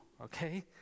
okay